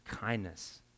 kindness